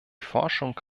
forschung